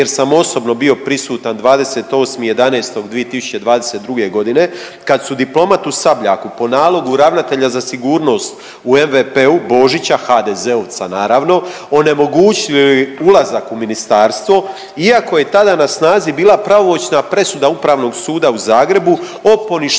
jer sam osobno bio prisutan 28.11.2022.g. kad su diplomatu Sabljaku po nalogu ravnatelja za sigurnost u …/Govornik se ne razumije/…Božića, HDZ-ovca naravno, onemogućili ulazak u ministarstvo iako je tada na snazi bila pravomoćna presuda Upravnog suda u Zagrebu o poništenju